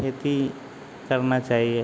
खेती करना चाहिए